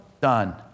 done